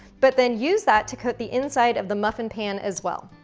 but then use that to coat the inside of the muffin pan as well.